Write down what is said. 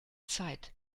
zeit